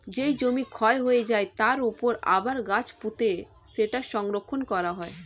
যেই জমি ক্ষয় হয়ে যায়, তার উপর আবার গাছ পুঁতে সেটা সংরক্ষণ করা হয়